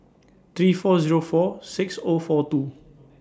three four Zero four six O four two